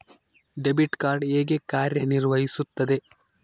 Debit card ಹೇಗೆ ಕಾರ್ಯನಿರ್ವಹಿಸುತ್ತದೆ?